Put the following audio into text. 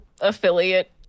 affiliate